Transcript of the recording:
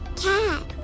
cat